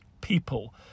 people